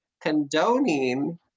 condoning